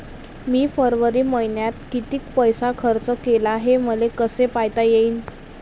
मी फरवरी मईन्यात कितीक पैसा खर्च केला, हे मले कसे पायता येईल?